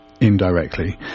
Indirectly